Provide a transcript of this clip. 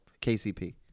KCP